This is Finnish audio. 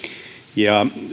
ja